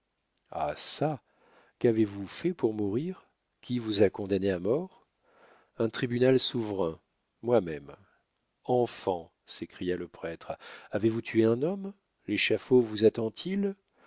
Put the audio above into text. ah çà qu'avez-vous fait pour mourir qui vous a condamné à mort un tribunal souverain moi-même enfant s'écria le prêtre avez-vous tué un homme l'échafaud vous attend il